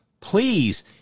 please